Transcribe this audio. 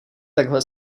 takhle